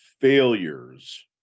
failures